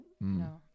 No